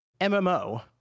MMO